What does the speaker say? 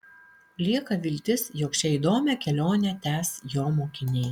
lieka viltis jog šią įdomią kelionę tęs jo mokiniai